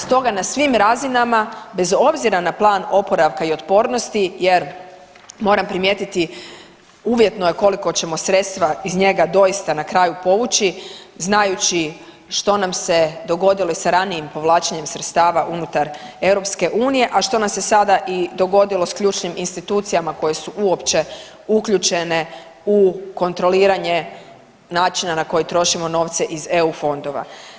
Stoga na svim razinama bez obzira na Plan oporavka i otpornosti jer, moram primijetiti, uvjetno je koliko ćemo sredstva iz njega doista na kraju povući znajući što nam se dogodilo i sa ranijim povlačenjem sredstava unutar EU, a što nam se sada i dogodilo s ključnim institucijama koje su uopće uključene u kontroliranje načina na koji trošimo novce iz EU fondova.